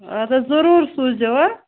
اَدٕ حظ ضٔروٗر سوٗزیو ہہ